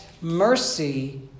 mercy